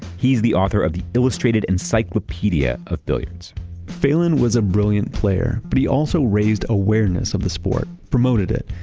he's the author of the illustrated encyclopedia of billiards phelan was a brilliant player, but he also raised awareness of the sport, promoted it,